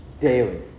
daily